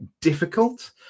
difficult